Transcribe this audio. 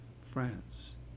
France